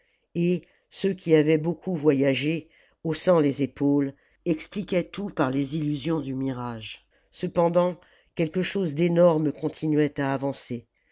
et ceux qui avaient beaucoup voyagé haussant les épaules expliquaient tout par les illusions du mirage cependant quelque chose d'énorme continuait à s'avancer